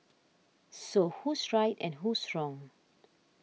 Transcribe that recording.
so who's right and who's wrong